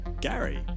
Gary